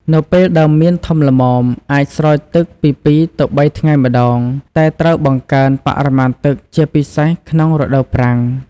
នៅពេលដើមមៀនធំល្មម អាចស្រោចទឹកពី ២ ទៅ ៣ ថ្ងៃម្តង តែត្រូវបង្កើនបរិមាណទឹក ជាពិសេសក្នុងរដូវប្រាំង។